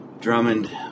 Drummond